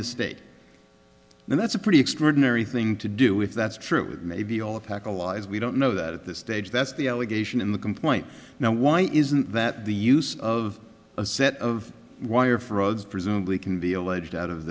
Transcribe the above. estate and that's a pretty extraordinary thing to do if that's true it may be all a pack of lies we don't know that at this stage that's the allegation in the complaint now why isn't that the use of a set of wire frauds presumably can be alleged out of